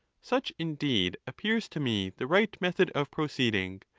such, indeed, appears to me the right method of proceeding,